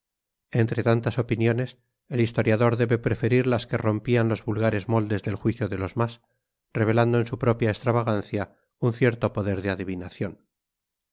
entre tantas opiniones el historiador debe preferir las que rompían los vulgares moldes del juicio de los más revelando en su propia extravagancia un cierto poder de adivinación